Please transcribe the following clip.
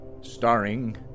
Starring